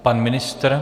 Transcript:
Pan ministr?